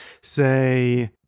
say